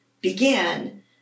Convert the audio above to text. began